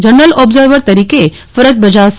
general observer તરીકે ફરજ બજાવશે